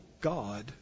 God